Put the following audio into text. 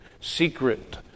secret